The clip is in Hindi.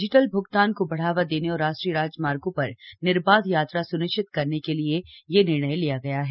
डिजिटल भुगतान को बढ़ावा देने और राष्ट्रीय राजमार्गो पर निर्बाध यात्रा सु्निश्चित करने के लिए यह फैसला किया गया है